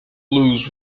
lose